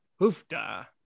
Hoofda